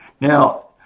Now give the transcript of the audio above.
Now